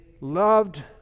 loved